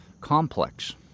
complex